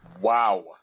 Wow